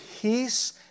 Peace